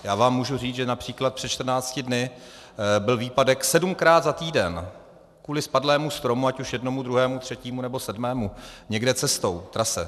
Já vám můžu říct, že např. před čtrnácti dny byl výpadek sedmkrát za týden kvůli spadlému stromu, ať už jednomu, druhému, třetímu nebo sedmému, někde cestou, na trase.